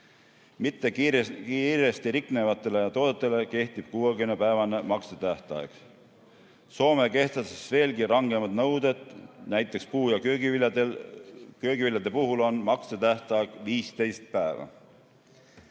Mittekiiresti riknevate toodete puhul kehtib 60‑päevane maksetähtaeg. Soome kehtestas veelgi rangemad nõuded, näiteks puu‑ ja köögiviljade puhul on maksetähtaeg 15 päeva.